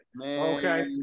Okay